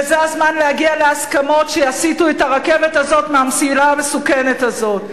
וזה הזמן להגיע להסכמות שיסיטו את הרכבת הזאת מהמסילה המסוכנת הזאת.